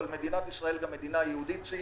אבל מדינת ישראל היא גם מדינה יהודית ציונית.